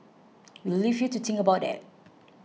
we'll leave you to think about that